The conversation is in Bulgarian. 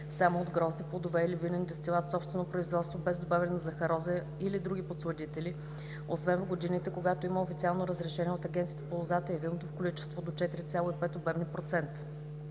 само от грозде, плодове или винен дестилат-собствено производство без добавяне на захароза или други подсладители, освен в годините, когато има официално разрешение от Агенцията по лозата и виното, в количество до 4,5 обемни